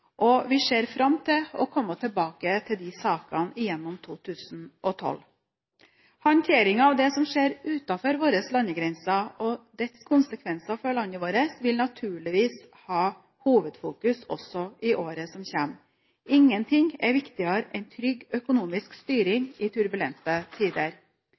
og vi ser fram til å komme tilbake til disse sakene gjennom 2012. Håndteringen av det som skjer utenfor våre landegrenser og dets konsekvenser for landet vårt vil naturligvis ha hovedfokus også i året som kommer. Ingenting er viktigere enn trygg økonomisk styring i turbulente tider.